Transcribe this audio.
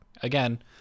again